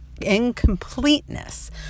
incompleteness